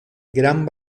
gran